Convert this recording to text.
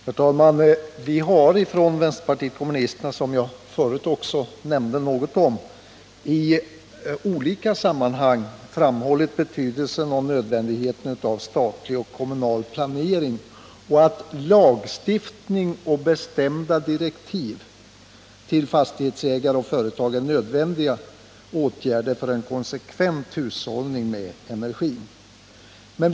Herr talman! Vi har från vänsterpartiet kommunisterna, som jag förut också nämnde, i olika sammanhang framhållit betydelsen och nödvändigheten av statlig och kommunal planering och att lagstiftning och bestämda direktiv till fastighetsägare och företag är nödvändiga åtgärder för en konsekvent hushållning med energin.